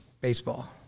baseball